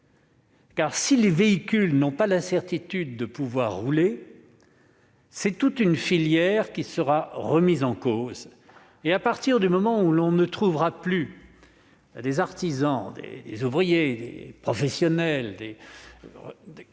de ces véhicules n'ont pas la certitude de pouvoir rouler, c'est toute une filière qui sera remise en cause. À partir du moment où l'on ne trouvera plus d'artisans, d'ouvriers et de professionnels s'engageant,